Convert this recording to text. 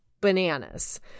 Bananas